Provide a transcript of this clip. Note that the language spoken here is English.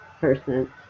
person